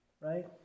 right